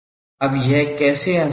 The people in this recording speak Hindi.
अब यह कैसे आसान है